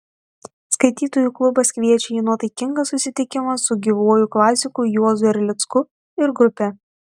skaitytojų klubas kviečia į nuotaikingą susitikimą su gyvuoju klasiku juozu erlicku ir grupe